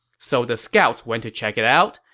so the scouts went to check it out,